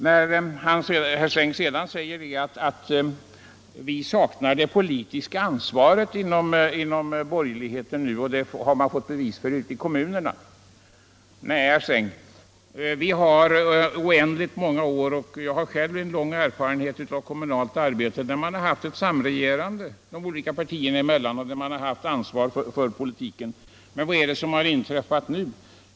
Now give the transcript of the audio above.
Sedan säger herr Sträng att vi saknar det politiska ansvaret inom borgerligheten nu och att det har man fått bevis för ute i kommunerna. Nej, herr Sträng, jag har själv lång erfarenhet av kommunalt arbete där man under många år haft samregerande de olika partierna emellan och haft ansvar för politiken. Men vad är det som har inträffat nu?